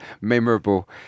memorable